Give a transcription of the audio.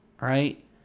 right